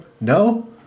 No